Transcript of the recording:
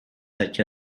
such